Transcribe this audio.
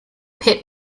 pit